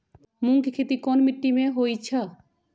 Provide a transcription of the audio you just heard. मूँग के खेती कौन मीटी मे होईछ?